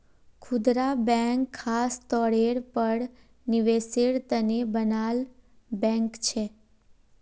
खुदरा बैंक ख़ास तौरेर पर निवेसेर तने बनाल बैंक छे